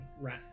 rat